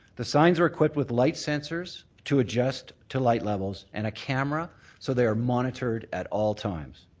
the signs are equipped with light sensors to adjust to light levels and a camera so they are monitored at all times.